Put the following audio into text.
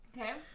Okay